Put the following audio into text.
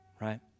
right